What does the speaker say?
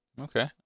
Okay